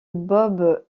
bob